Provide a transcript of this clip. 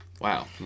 Wow